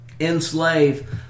enslave